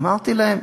אמרתי להם: